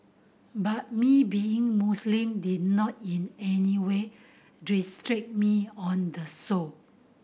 but me being Muslim did not in any way restrict me on the show